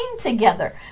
together